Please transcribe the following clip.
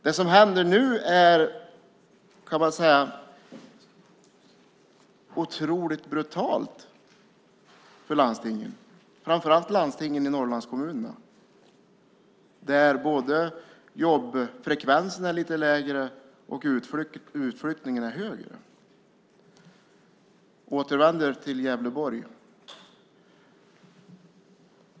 Det som händer nu är, kan man säga, otroligt brutalt för landstingen, framför allt för landstingen i Norrlandskommunerna där både jobbfrekvensen är lite lägre och utflyttningen är högre. Jag återvänder till Gävleborg.